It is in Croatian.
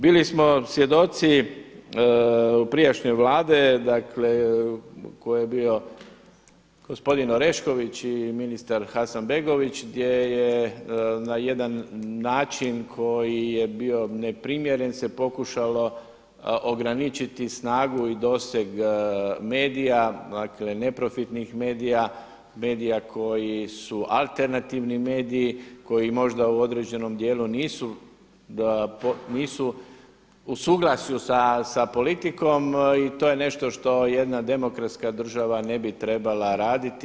Bili smo svjedoci prijašnje vlade u kojoj je bio gospodin Orešković i ministar Hasanbegović gdje je na jedan način koji je bio neprimjeren se pokušalo ograničiti snagu i doseg medija, dakle neprofitnih medija, medija koji su alternativni mediji koji možda u određenom dijelu nisu u suglasju sa politikom i to je nešto što jedna demokratska država ne bi trebala raditi.